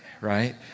right